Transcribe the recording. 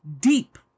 deep